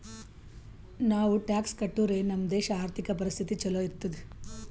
ನಾವು ಟ್ಯಾಕ್ಸ್ ಕಟ್ಟುರೆ ನಮ್ ದೇಶ ಆರ್ಥಿಕ ಪರಿಸ್ಥಿತಿ ಛಲೋ ಇರ್ತುದ್